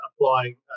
applying